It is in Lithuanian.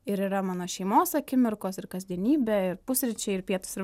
ir yra mano šeimos akimirkos ir kasdienybė ir pusryčiai ir pietūs ir